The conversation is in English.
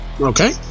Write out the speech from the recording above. Okay